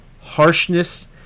harshness